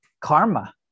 karma